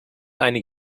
eine